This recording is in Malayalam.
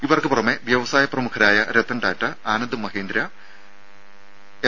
ഇവർക്ക് പുറമെ വ്യവസായ പ്രമുഖരായ രത്തൻ ടാറ്റ ആനന്ദ് മഹീന്ദ്ര എം